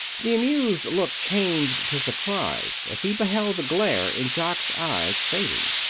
the amused look changed to surprise as he beheld the glare in jock's eyes fading.